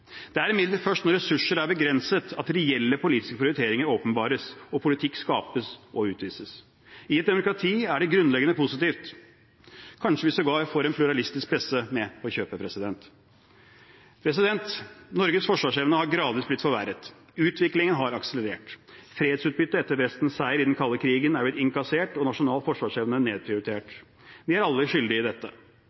Det er imidlertid først når ressurser er begrenset, at reelle politiske prioriteringer åpenbares og politikk skapes og utvises. I et demokrati er det grunnleggende positivt. Kanskje vi sågar får en pluralistisk presse med på kjøpet? Norges forsvarsevne har gradvis blitt forverret. Utviklingen har akselerert. Fredsutbyttet etter Vestens seier i den kalde krigen er blitt innkassert, og nasjonal forsvarsevne nedprioritert. Vi er alle skyldige i dette.